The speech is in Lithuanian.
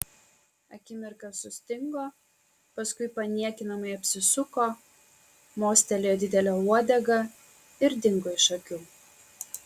akimirką sustingo paskui paniekinamai apsisuko mostelėjo didele uodega ir dingo iš akių